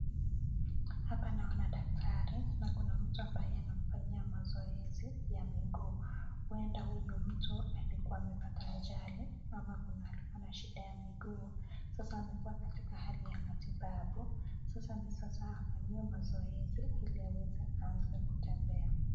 Hapa naona daktari na kuna mtu ambaye anamfanyia mazoezi ya miguu, huenda huyo mtu alikuwa amepata ajali ama alikuwa na shida ya miguu sasa alikuwa katika hali ya matibabu, sasa ni sasa afanyiwe mazoezi ili aweze aanze kutembea.